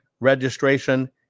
registration